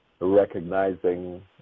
recognizing